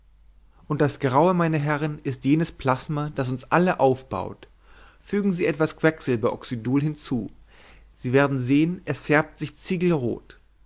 und das graue meine herrn ist jenes plasma das uns alle aufbaut fügen sie etwas quecksilberoxydul hinzu sie werden sehen es färbt sich ziegelrot